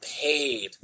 paid